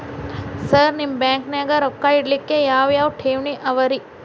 Sir ನಿಮ್ಮ ಬ್ಯಾಂಕನಾಗ ರೊಕ್ಕ ಇಡಲಿಕ್ಕೆ ಯಾವ್ ಯಾವ್ ಠೇವಣಿ ಅವ ರಿ?